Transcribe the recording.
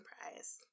prize